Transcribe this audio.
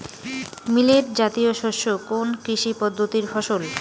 Millet জাতীয় শস্য কোন কৃষি পদ্ধতির ফসল?